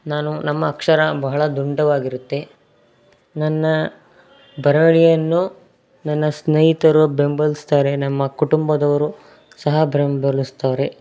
ನಾನು ನಮ್ಮ ಅಕ್ಷರ ಬಹಳ ದುಂಡಾಗಿರುತ್ತೆ ನನ್ನ ಬರವಣಿಗೆಯನ್ನು ನನ್ನ ಸ್ನೇಹಿತರು ಬೆಂಬಲಿಸ್ತಾರೆ ನಮ್ಮ ಕುಟುಂಬದವರು ಸಹ ಬೆಂಬಲಿಸ್ತಾರೆ